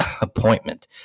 appointment